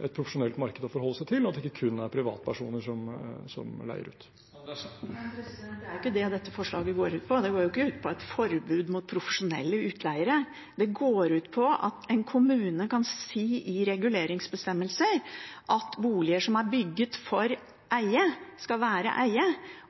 et profesjonelt marked å forholde seg til, og at det ikke kun er privatpersoner som leier ut. Men det er ikke det dette forslaget går ut på. Det går ikke ut på et forbud mot profesjonelle utleiere. Det går ut på at en kommune kan si i reguleringsbestemmelser at boliger som er bygd for eie, skal være for eie,